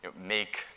make